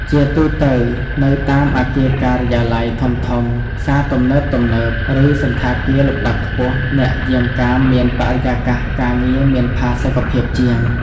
ជាទូទៅ នៅតាមអគារការិយាល័យធំៗ ផ្សារទំនើបទំនើប ឬសណ្ឋាគារលំដាប់ខ្ពស់ អ្នកយាមកាមមានបរិយាកាសការងារមានផាសុកភាពជាង។